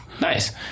nice